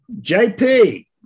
JP